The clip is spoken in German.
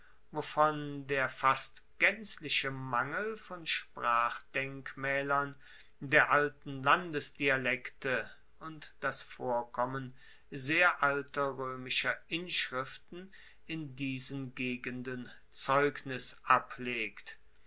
wovon der fast gaenzliche mangel von sprachdenkmaelern der alten landesdialekte und das vorkommen sehr alter roemischer inschriften in diesen gegenden zeugnis ablegt